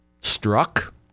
struck